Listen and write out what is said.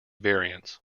variants